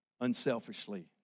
unselfishly